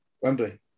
Wembley